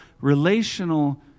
relational